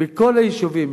בכל היישובים,